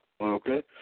Okay